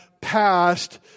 past